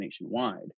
nationwide